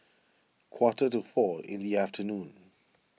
quarter to four in the afternoon